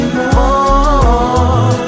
more